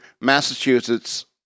Massachusetts